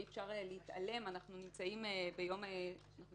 אי אפשר להתעלם מזה שאנחנו נמצאים היום ביום